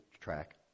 track